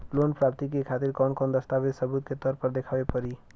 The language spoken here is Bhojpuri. लोन प्राप्ति के खातिर कौन कौन दस्तावेज सबूत के तौर पर देखावे परी?